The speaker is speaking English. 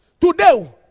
Today